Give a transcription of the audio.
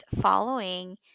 following